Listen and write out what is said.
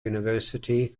university